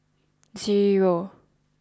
zero